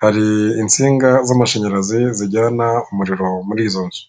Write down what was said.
hari insinga z'amashanyarazi zijyana umuriro muri izo nzu.